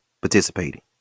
participating